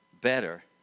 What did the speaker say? better